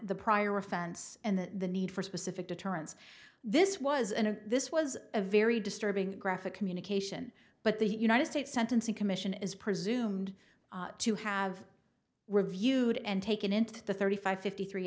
the prior offense and the need for specific deterrence this was and this was a very disturbing graphic communication but the united states sentencing commission is presumed to have reviewed and taken into the thirty five fifty three